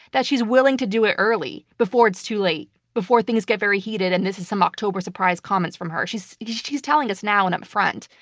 that she's willing to do it early before it's too late, before things get very heated and this is some october surprise comments from her. she's she's telling us now and up front,